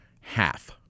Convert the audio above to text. half